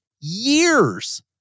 years